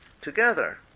together